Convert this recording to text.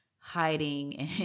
hiding